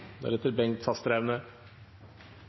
Representanten Bengt Fasteraune